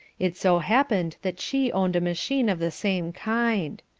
it so happened that she owned a machine of the same kind.